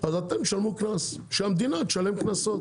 אתם תשלמו קנס, שהמדינה תשלם קנסות